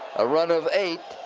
a run of eight.